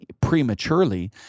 prematurely